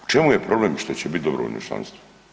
U čemu je problem što će biti dobrovoljno članstvo?